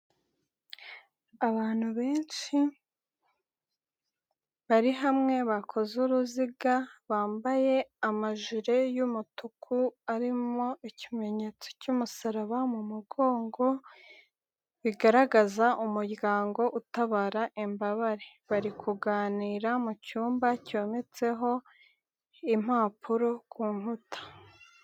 Abantu benshi bari hamwe bakoze uruziga, bambaye amajire y'umutuku arimo ikimenyetso cy'umusaraba mu mugongo, bigaragaza umuryango utabara imbabare, bari kuganira mu cyumba cyometseho impapuro ku nkuta.